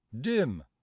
dim